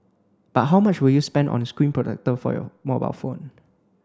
but how much would you spend on a screen protector for your mobile phone